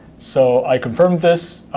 so i confirm this.